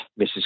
Mrs